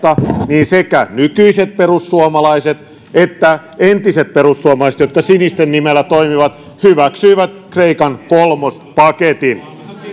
niin sekä nykyiset perussuomalaiset että entiset perussuomalaiset jotka sinisten nimellä toimivat hyväksyivät kreikan kolmospaketin